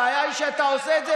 הבעיה היא שאתה עושה את זה